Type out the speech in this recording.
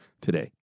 today